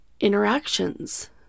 interactions